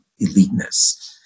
eliteness